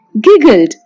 giggled